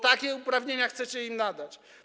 Takie uprawnienia chcecie im nadać.